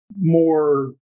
more